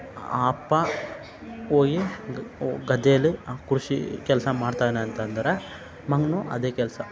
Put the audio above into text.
ಅಪ್ಪ ಹೋಗಿ ಗದ್ದೆಯಲ್ಲಿ ಕೃಷಿ ಕೆಲಸ ಮಾಡ್ತಾಯಿದಾನೆ ಅಂತಂದರೆ ಮಗನೂ ಅದೇ ಕೆಲಸ